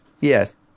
Yes